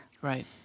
Right